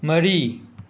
ꯃꯔꯤ